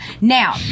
Now